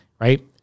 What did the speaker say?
right